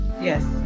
yes